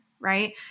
right